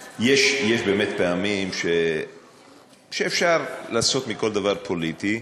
יש, יש באמת פעמים שאפשר לעשות מכל דבר פוליטי.